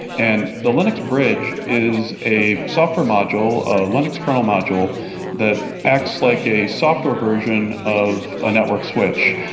and the linux bridge is a software module, a linux kernel module that acts like a software version of a network switch.